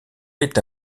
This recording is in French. est